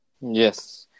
Yes